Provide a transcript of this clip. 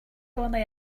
only